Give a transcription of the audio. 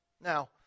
Now